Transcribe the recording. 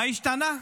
מה השתנה?